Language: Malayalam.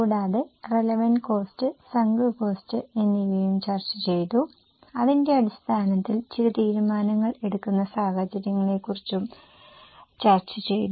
കൂടാതെ റെലവന്റ് കോസ്ററ് സങ്ക് കോസ്റ്റ് എന്നിവയും ചർച്ച ചെയ്തു അതിന്റെ അടിസ്ഥാനത്തിൽ ചില തീരുമാനങ്ങൾ എടുക്കുന്ന സാഹചര്യങ്ങളെകുറിച്ചും ചർച്ച ചെയ്തു